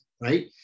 right